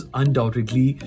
undoubtedly